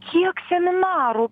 kiek seminarų